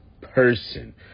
person